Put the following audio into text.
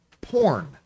porn